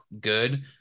good